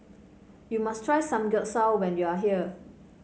you must try Samgyeopsal when you are here